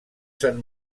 sant